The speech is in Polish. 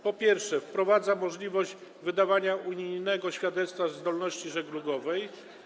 Po pierwsze, wprowadza się możliwość wydawania unijnego świadectwa zdolności żeglugowej.